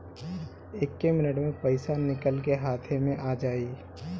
एक्के मिनट मे पईसा निकल के हाथे मे आ जाई